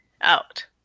out